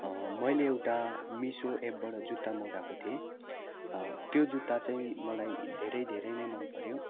मैले एउटा मिसो एपबाट जुत्ता मगाएको थिएँ त्यो जुत्ता चाहिँ मलाई धेरै धेरै नै मन पऱ्यो